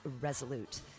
Resolute